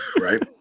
Right